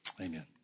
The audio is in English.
Amen